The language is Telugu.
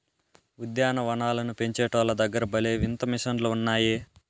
ఉద్యాన వనాలను పెంచేటోల్ల దగ్గర భలే వింత మిషన్లు ఉన్నాయే